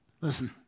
Listen